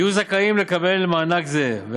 יהיו זכאים לקבל מענק זה.